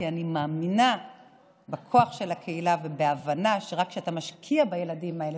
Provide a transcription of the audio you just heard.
כי אני מאמינה בכוח של הקהילה ובהבנה שכשאתה משקיע בילדים האלה,